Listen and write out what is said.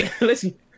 Listen